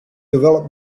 developed